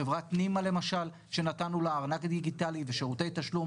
חברת נימה למשל שנתנו לה ארנק דיגיטלי ושירותי תשלום,